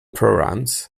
programs